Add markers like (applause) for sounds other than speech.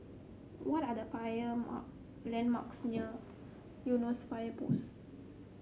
what are the (unintelligible) on landmarks near Eunos Fire Post